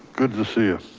good to see you.